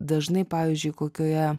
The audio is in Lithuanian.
dažnai pavyzdžiui kokioje